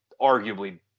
arguably